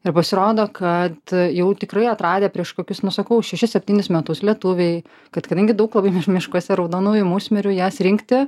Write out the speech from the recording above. ir pasirodo kad jau tikrai atradę prieš kokius nu sakau šešis septynis metus lietuviai kad kadangi daug labai miškuose raudonųjų musmirių jas rinkti